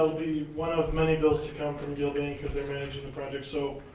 will be one of many bills to come from gillbane because they're managing the project so